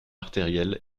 artérielle